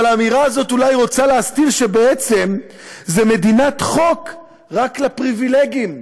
אבל האמירה הזאת אולי רוצה להסתיר שבעצם זו מדינת חוק רק לפריבילגים,